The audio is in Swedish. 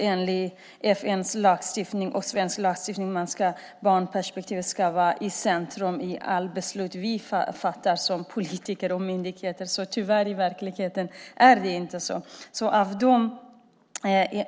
Enligt FN-stadgan och den svenska lagstiftningen ska barnperspektivet vara i centrum i alla beslut vi politiker fattar samt vid beslut på myndigheter. Tyvärr är det inte så i verkligheten.